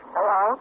Hello